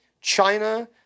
China